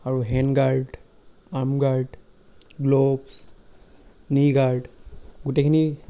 আৰু hand guard arm guard gloves knee guard গোটেইখিনি